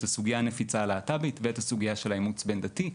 הסוגיה הנפיצה הלהט"בית ואת הסוגיה של אימוץ בין דתי.